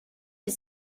est